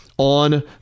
on